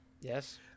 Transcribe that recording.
Yes